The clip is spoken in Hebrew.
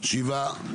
שבעה.